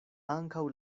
ankaŭ